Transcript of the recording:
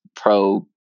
pro